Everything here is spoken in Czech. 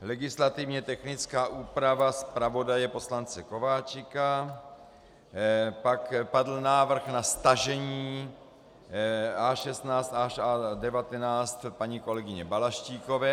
Legislativně technická úprava zpravodaje poslance Kováčika, pak padl návrh na stažení A16 až A19 paní kolegyně Balaštíkové.